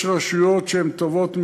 יש רשויות שהן טובות מאוד,